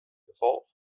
gefolch